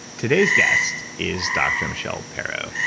today's guest is dr. michelle perro.